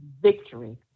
victory